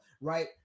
Right